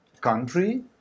country